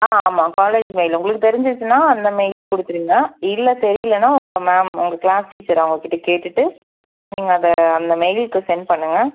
ஆ ஆமாம் college mail உங்களுக்கு தெரிஞ்சிச்சுனால் அந்த மெயில்லே கொடுத்துருங்க இல்லை தெரியலனா உங்கள் மேம் உங்கள் கிளாஸ் டீச்சர் அவங்ககிட்ட கேட்டுட்டு நீங்கள் அதை அந்த மெயில்க்கு சென்ட் பண்ணுங்கள்